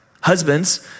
Husbands